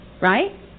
right